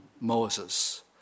Moses